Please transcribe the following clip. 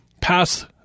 pass